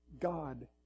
God